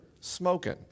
smoking